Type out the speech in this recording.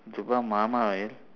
dubai மாமா:maamaa